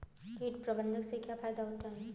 कीट प्रबंधन से क्या फायदा होता है?